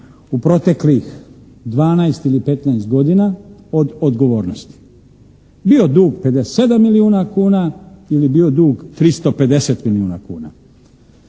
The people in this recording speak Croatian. u proteklih 12 ili 15 godina od odgovornosti. Bio dug 57 milijuna kuna ili bio dug 350 milijuna kuna.